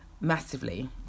massively